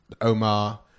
Omar